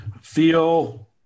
feel